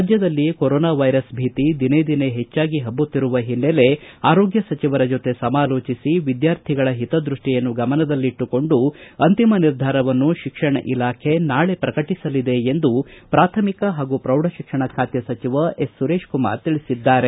ರಾಜ್ಯದಲ್ಲಿ corona virus ಭೀತಿ ದಿನೇ ದಿನೇ ಹೆಚ್ಚಾಗಿ ಪಬ್ಬುತ್ತಿರುವ ಹಿನ್ನಲೆ ಆರೋಗ್ಯ ಸಚಿವರ ಜೊತೆ ಸಮಾಲೋಚಿಸಿ ವಿದ್ವಾರ್ಥಿಗಳ ಹಿತ ದೃಷ್ಷಿಯನ್ನು ಗಮನದಲ್ಲಿಟ್ಟುಕೊಂಡು ಅಂತಿಮ ನಿರ್ಧಾರವನ್ನು ಶಿಕ್ಷಣ ಇಲಾಖೆ ನಾಳೆ ಪ್ರಕಟಿಸಲಿದೆ ಎಂದು ಪ್ರಾಥಮಿಕ ಹಾಗೂ ಪ್ರೌಢಶಿಕ್ಷಣ ಖಾತೆ ಸಚಿವ ಸುರೇಶ್ಕುಮಾರ್ ತಿಳಿಸಿದ್ದಾರೆ